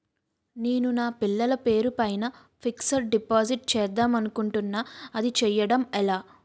నేను నా పిల్లల పేరు పైన ఫిక్సడ్ డిపాజిట్ చేద్దాం అనుకుంటున్నా అది చేయడం ఎలా?